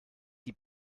die